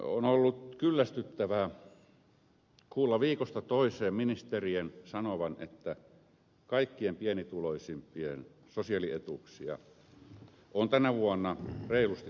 on ollut kyllästyttävää kuulla viikosta toiseen ministerien sanovan että kaikkien pienituloisimpien sosiaalietuuksia on tänä vuonna reilusti korotettu